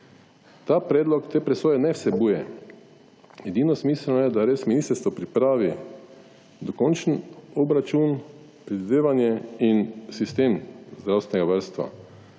Ta predlog te presoje ne vsebuje. Edino smiselno je, da res ministrstvo pripravi dokončen obračun, predvidevanje in sistem zdravstvenega varstva.